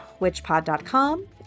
witchpod.com